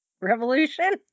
Revolution